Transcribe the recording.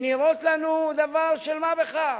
שנראות לנו דבר של מה בכך,